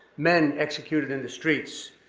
men executed in the streets,